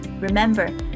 Remember